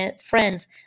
friends